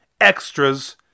extras